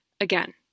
Again